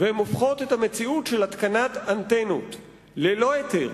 והופכות את המציאות של התקנת אנטנות ללא היתר,